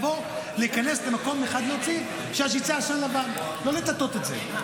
להיכנס למקום אחד, שיצא עשן לבן, לא לטאטא את זה.